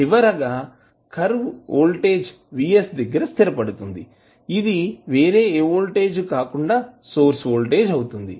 చివరగా curve voltage VS దగ్గర స్థిరపడుతుంది ఇది వేరే ఏ వోల్టేజ్ కాకుండా సోర్స్ వోల్టేజ్ అవుతుంది